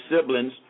siblings